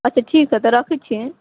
अच्छा ठीक हय तऽ रखैत छी